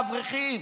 את האברכים,